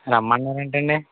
రమ్మన్నారంటండీ